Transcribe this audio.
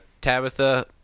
Tabitha